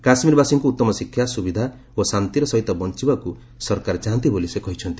କାଶ୍ମୀରବାସୀଙ୍କୁ ଉତ୍ତମ ଶିକ୍ଷା ସୁବିଧା ଓ ଶାନ୍ତିର ସହିତ ବଞ୍ଚିବାକୁ ସରକାର ଚାହାନ୍ତି ବୋଲି ସେ କହିଛନ୍ତି